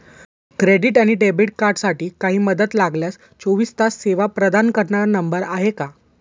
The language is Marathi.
क्रेडिट आणि डेबिट कार्डसाठी काही मदत लागल्यास चोवीस तास सेवा प्रदान करणारा नंबर आहे का?